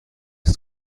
ist